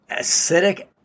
acidic